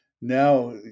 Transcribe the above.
now